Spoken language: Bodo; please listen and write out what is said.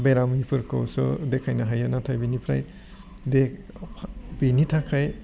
बेरामिफोरखौसो देखायनो हायो नाथाय बिनिफ्राय दे बेनि थाखाय